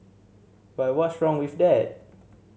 but what's wrong with that